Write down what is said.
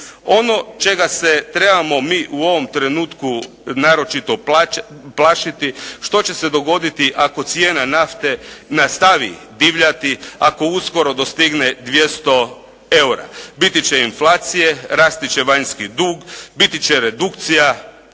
Ono čega se trebamo mi u ovom trenutku naročito plašiti, što će se dogoditi ako cijena nafte nastavi divljati, ako uskoro dostigne 200 eura. Biti će inflacije, rasti će vanjski dug, biti će redukcija,